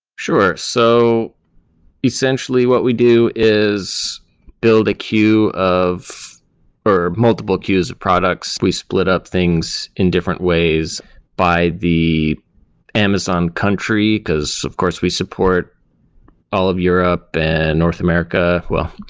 sure. so essentially what we do is build a queue of or multiple queues of products. we split up things in different ways by the amazon country. because, of course, we support all of europe and north america. well,